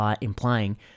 implying